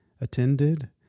attended